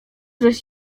żeś